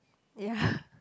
ya